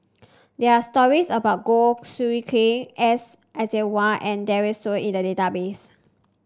there are stories about Goh Soo Khim S Iswaran and Daren Shiau in the database